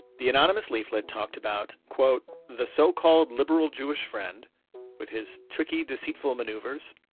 the anonymous leaflet talked about, quote, the so-called liberal jewish friend with his tricky, deceitful maneuvers,